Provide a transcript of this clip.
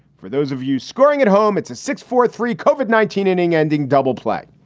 for those of you scoring at home, it's a six four three covered nineteen inning ending double play.